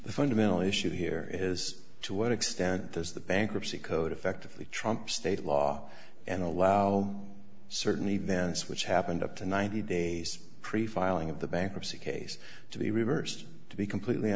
the fundamental issue here is to what extent does the bankruptcy code effectively trumps state law and allow certain events which happened up to ninety days pre filing of the bankruptcy case to be reversed to be completely